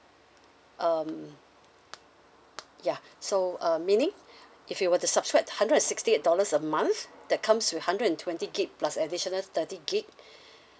um ya so uh meaning if you were to subscribe hundred and sixty eight dollars a month that comes with hundred and twenty gig plus additional thirty gig